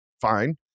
Fine